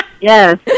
Yes